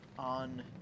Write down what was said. On